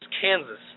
Kansas